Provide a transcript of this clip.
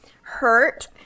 hurt